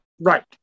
Right